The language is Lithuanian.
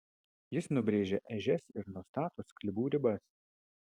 jis nubrėžia ežias ir nustato sklypų ribas